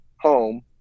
home